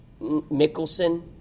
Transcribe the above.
Mickelson